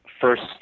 first